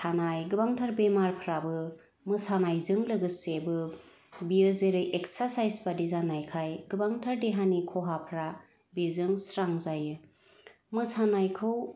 थानाय गोबांथार बेमारफ्राबो मोसानायजोंं लोगोसेबो बियो जेरै एखसासाइस बादि जानायखाय गोबांथार देहानि खहाफ्रा बेजों स्रां जायो मोसानायखौ